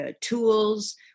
tools